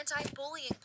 anti-bullying